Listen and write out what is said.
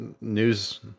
news